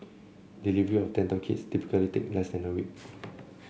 delivery of dental kits typically take less than a week